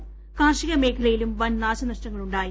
ക്ടാർഷിക മേഖലയിലും വൻ നാശനഷ്ടങ്ങളുണ്ടായി